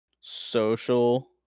Social